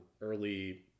early